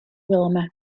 wilma